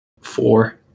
Four